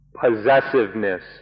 possessiveness